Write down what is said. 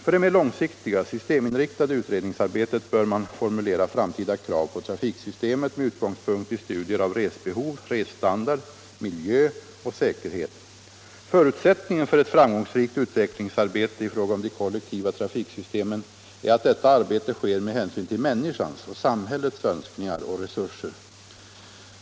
För det mer långsiktiga, systeminriktade utredningsarbetet bör man formulera framtida krav på trafiksystemet med utgångspunkt i studier av resbehov, resstandard, miljö och säkerhet. Förutsättningen för ett framgångsrikt utvecklingsarbete i fråga om de kollektiva trafiksystemen är att detta arbete sker med hänsyn till människans och samhällets önskningar och resurser.